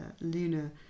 Luna